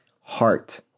heart